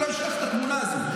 אני לא אשכח את התמונה הזאת,